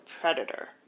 predator